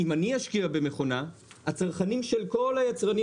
אם אני אשקיע במכונה הצרכנים של כל היצרנים